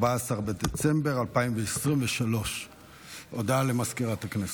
14 בדצמבר 2023. הודעה לסגנית מזכיר הכנסת.